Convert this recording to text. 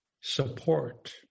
support